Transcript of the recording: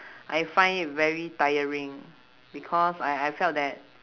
I find it very tiring because I I felt that